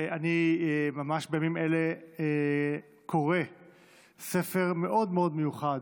אני ממש בימים אלה קורא ספר מאוד מאוד מיוחד,